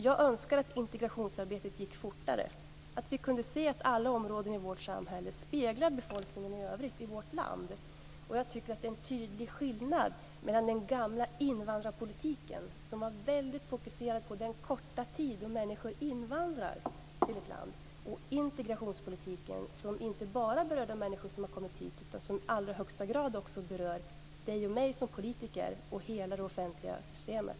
Jag önskar att integrationsarbetet gick fortare, att vi kunde se att alla områden i vårt samhälle speglar befolkningen i övrigt i vårt land. Det är en tydlig skillnad mellan den gamla invandrarpolitiken - som var väldigt fokuserad på den korta tid då människor invandrade till vårt land - och integrationspolitiken. Den berör inte bara de människor som har kommit hit utan också i allra högsta grad dig och mig som politiker och hela det offentliga systemet.